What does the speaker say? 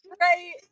Right